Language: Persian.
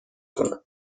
کنم